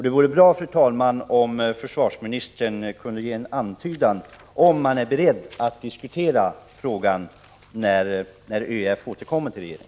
Det vore bra, fru talman, om försvarsministern kunde ge en antydan om huruvida man är beredd att diskutera frågan när ÖEF återkommer till regeringen.